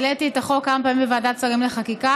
העליתי את החוק כמה פעמים בוועדת השרים לחקיקה,